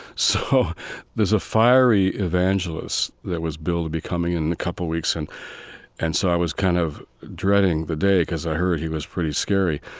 so there's a fiery evangelist that was billed to be coming in a couple of weeks, and and so i was kind of dreading the day because i heard he was pretty scary.